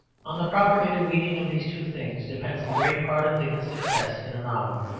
on the proper interweaving of these two things depends the great part of dickens's success in a novel.